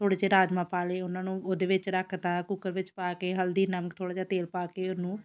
ਥੋੜ੍ਹੇ ਜਿਹੇ ਰਾਜਮਾਂਹ ਪਾ ਲਏ ਉਨ੍ਹਾਂ ਨੂੰ ਉਹਦੇ ਵਿੱਚ ਰੱਖ ਤਾ ਕੁੱਕਰ ਵਿੱਚ ਪਾ ਕੇ ਹਲਦੀ ਨਮਕ ਥੋੜ੍ਹਾ ਜਿਹਾ ਤੇਲ ਪਾ ਕੇ ਉਹਨੂੰ